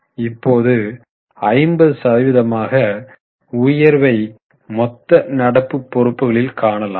இப்போது 50 சதவீத உயர்வை மொத்த நடப்பு பொறுப்புகளில் காணலாம்